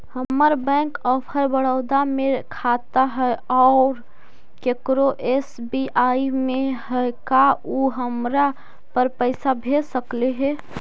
हमर bank of Baroda में खाता है और केकरो एस.बी.आई में है का उ हमरा पर पैसा भेज सकले हे?